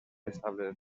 establerts